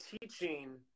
teaching